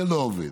זה לא עובד,